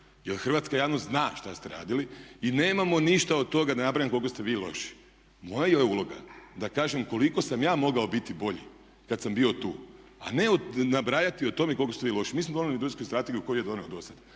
jer hrvatska javnost zna šta ste radili i nemamo ništa od toga da ne nabrajam koliko ste vi loši. Moja je uloga da kažem koliko sam ja mogao biti bolji kada sam bio tu a ne nabrajati o tome koliko ste vi loši. Mi smo donijeli Industrijsku strategiju. Tko ju je donio do sada?